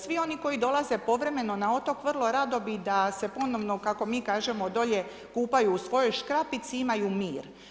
Svi oni koji dolaze povremeno na otok vrlo rado bi da se ponovno, kako mi kažemo, dolje kupaju u svojoj škrapici i imaju mir.